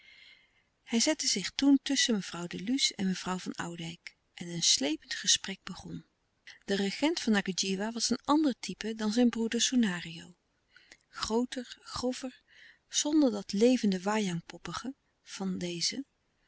hij zette zich toen tusschen mevrouw de luce en mevrouw van oudijck en een slepend gesprek begon de regent van ngadjiwa was een ander type dan zijn broeder soenario grooter grover zonder dat levende wajang poppige van dezen